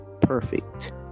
perfect